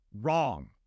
Wrong